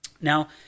Now